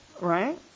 Right